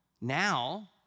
now